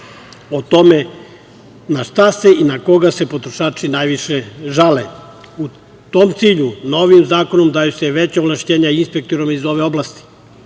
o tome na šta se i na koga se potrošači najviše žale. U tom cilju, novim zakonom daju se veća ovlašćenja inspektorima iz ove oblasti.